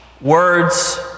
Words